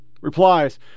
Replies